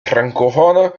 francophones